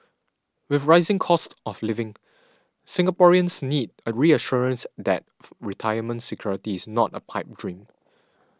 with rising costs of living Singaporeans need a reassurance that retirement security is not a pipe dream